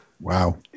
Wow